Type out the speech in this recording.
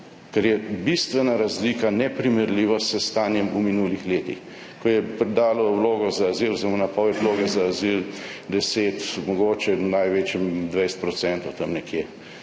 Kar je bistvena razlika, neprimerljiva s stanjem v minulih letih, ko je dalo vlogo za azil oziroma napoved vloge za azil 10, mogoče v največjem 20 %, tam nekje.